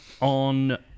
on